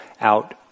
out